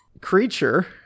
creature